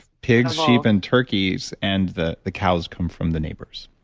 pigs, sheep and turkeys and the the cows come from the neighbors.